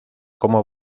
como